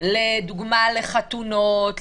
לדוגמה לחתונות,